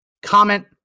Comment